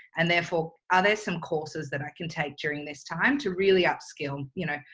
and therefore are there some courses that i can take during this time to really upskill you know,